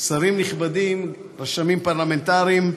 שרים נכבדים, רשמים פרלמנטריים,